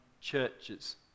Churches